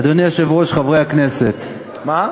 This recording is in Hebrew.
אדוני היושב-ראש, חברי הכנסת, מה?